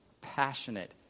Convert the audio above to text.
passionate